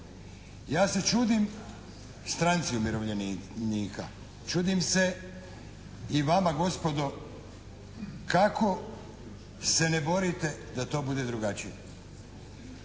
Ja se čudim Stranci umirovljenika, čudim se i vama gospodo kako se ne borite da to bude drugačije.